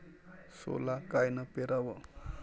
सोला कायनं पेराव?